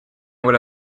would